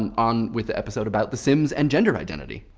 and on with the episode about the sims and gender identity.